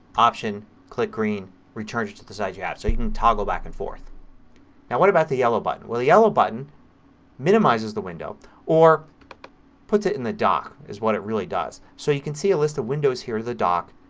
option click green returns it to the size you had. so you can toggle back and forth. now what about the yellow button. well, the yellow button minimizes the window or puts it in the dock is what it really does. so you can see a list of windows here in the dock